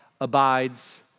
abides